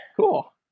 Cool